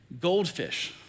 Goldfish